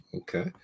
Okay